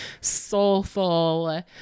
soulful